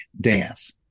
dance